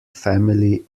family